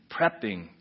prepping